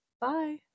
Bye